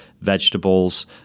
vegetables